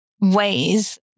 ways